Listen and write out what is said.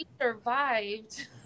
survived